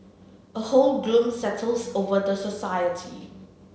a whole gloom settles over the society